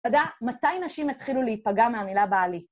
אתה יודע, מתי נשים התחילו להיפגע מהמילה בעלי?